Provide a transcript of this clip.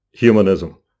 humanism